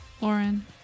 Lauren